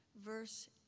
verse